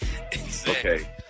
Okay